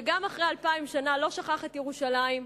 שגם אחרי אלפיים שנה לא שכח את ירושלים,